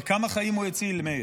כמה חיים הוא הציל, מאיר,